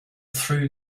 through